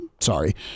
Sorry